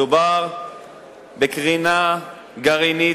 מדובר בקרינה גרעינית,